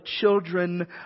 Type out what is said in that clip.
children